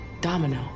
domino